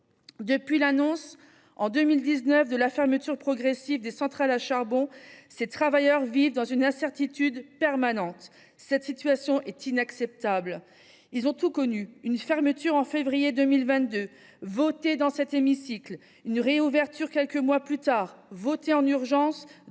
Depuis l’annonce en 2019 de la fermeture progressive des centrales à charbon, ces travailleurs vivent dans une incertitude permanente. Cette situation est inacceptable. Ils ont tout connu : une fermeture en février 2022, votée dans cet hémicycle ; une réouverture quelques mois plus tard, votée en urgence